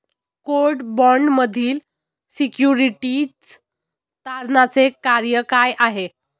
Court बाँडमधील securities तारणाचे कार्य काय आहे?